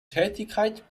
tätigkeit